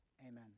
Amen